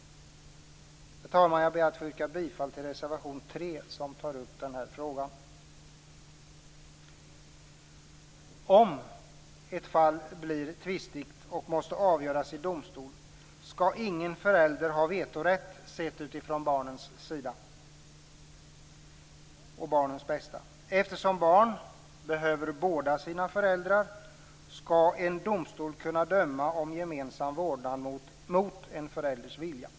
Herr talman! Jag ber att få yrka bifall till reservation 3, som tar upp den här frågan. Om ett fall blir tvistigt och måste avgöras i domstol skall ingen förälder ha vetorätt, utan man skall se till barnens bästa. Eftersom barn behöver båda sina föräldrar skall en domstol kunna döma till gemensam vårdnad mot en förälders vilja.